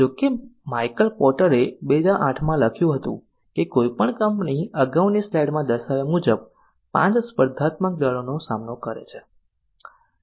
જો કે માઈકલ પોર્ટરએ 2008 માં લખ્યું હતું કે કોઈપણ કંપની અગાઉની સ્લાઈડમાં દર્શાવ્યા મુજબ પાંચ સ્પર્ધાત્મક દળોનો સામનો કરે છે